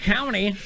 County